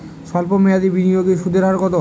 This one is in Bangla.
সল্প মেয়াদি বিনিয়োগে সুদের হার কত?